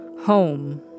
Home